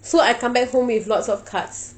so I come back home with lots of cuts